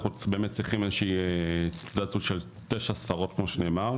אנחנו באמת צריכים איזושהי תעודת זהות של תשע ספרות כמו שנאמר,